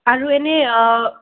আৰু এনেই